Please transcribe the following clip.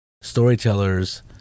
storytellers